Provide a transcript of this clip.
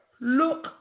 look